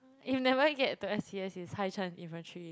if never get to s_c_s is high chance infantry